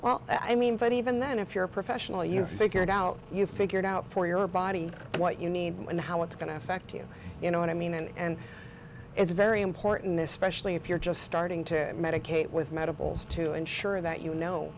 well i mean but even then if you're a professional you've figured out you've figured out for your body what you need and how it's going to affect you you know what i mean and it's very important especially if you're just starting to medicate with medicals to ensure that you know